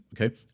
okay